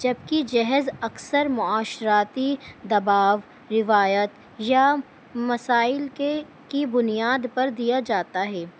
جبکہ جہیز اکثر معاشرتیی دباؤ روایت یا مسائل کے کی بنیاد پر دیا جاتا ہے